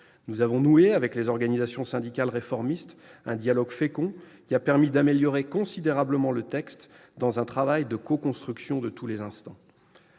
Nous avons noué avec les organisations syndicales réformistes un dialogue fécond qui a permis d'améliorer considérablement le texte, dans un travail de coconstruction de tous les instants.